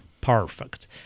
Perfect